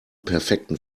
perfekten